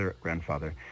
grandfather